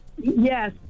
Yes